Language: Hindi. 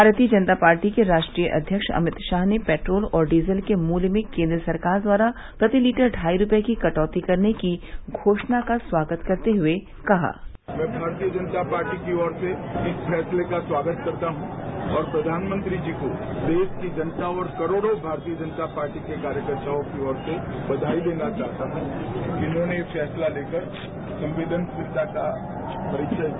भारतीय जनता पार्टी के राष्ट्रीय अध्यक्ष अभित शाह ने पेट्रोल और डीजल के मूल्य में केन्द्र सरकार द्वारा प्रति लीटर ढाई रुपए की कटौती करने की घोषणा का स्वागत करते हुए कहा मैं भारतीय जनता पार्टी की और से इस फैसले का स्वागत करता हूं और प्रधानमंत्री जी को देश की जनता और करोड़ों भारतीय जनता पार्टी के कार्यकर्ताओं की ओर से बधाई देना चाहता हूं कि जिन्होंने ये फैंसला लेकर संवेदनशीलता का परिचय दिया